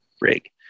rig